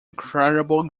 incredible